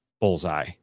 bullseye